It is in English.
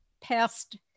past